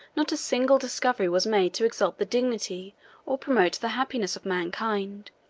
not a single discovery was made to exalt the dignity or promote the happiness of mankind.